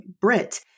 Brit